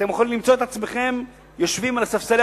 ואתם יכולים למצוא את עצמכם יושבים על ספסלי